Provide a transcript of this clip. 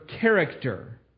character